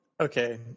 okay